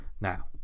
Now